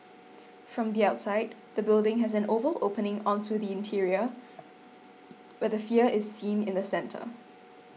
from the outside the building has an oval opening onto the interior where the sphere is seen in the centre